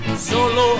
solo